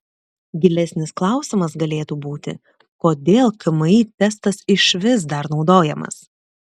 gilesnis klausimas galėtų būti kodėl kmi testas išvis dar naudojamas